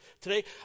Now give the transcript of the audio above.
today